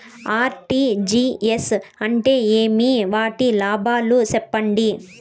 RTGS అంటే ఏమి? వాటి లాభాలు సెప్పండి?